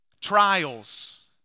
trials